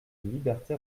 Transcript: liberté